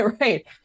Right